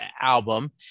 album